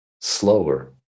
slower